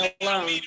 alone